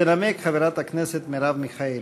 תנמק חברת הכנסת מרב מיכאלי.